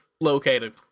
located